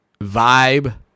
vibe